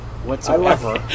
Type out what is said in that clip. Whatsoever